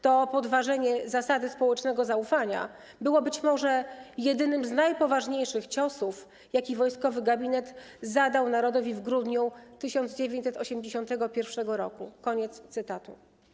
To podważenie zasady społecznego zaufania było być może jedynym z najpoważniejszych ciosów, jakie wojskowy gabinet zadał narodowi w grudniu 1981 r.” - koniec cytatu.